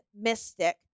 mystic